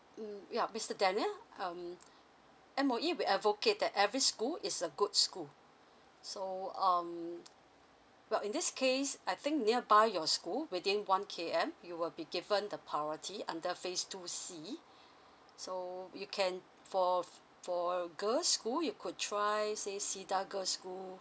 um yup mister daniel um M_O_E will advocate that every school is a good school so um well in this case I think nearby your school within one K_M you will be given the priority under phase two C so you can for for a girls school you could try say cedar girls' school